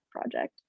project